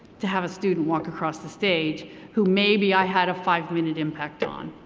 to have a student walk across the stage who maybe i had a five minute impact on.